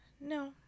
No